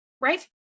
Right